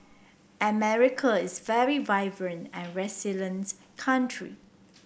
America is very vibrant and resilience country